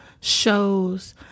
shows